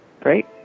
great